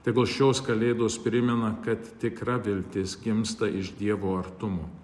tegul šios kalėdos primena kad tikra viltis gimsta iš dievo artumo